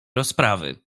rozprawy